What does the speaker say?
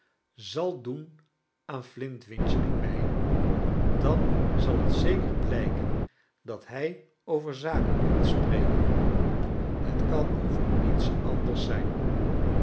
zal doen aan flintwinch en mij dan zal het zeker blijken dat hij over zaken komt spreken het kan over niets ander s zijn